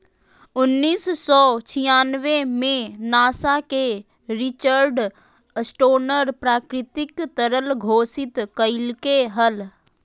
उन्नीस सौ छियानबे में नासा के रिचर्ड स्टोनर प्राकृतिक तरल घोषित कइलके हल